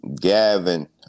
Gavin